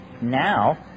now